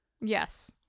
Yes